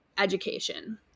education